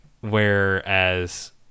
Whereas